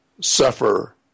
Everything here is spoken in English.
suffer